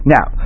Now